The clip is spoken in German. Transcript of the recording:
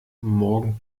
morgen